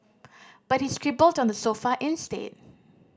but he scribbled on the sofa instead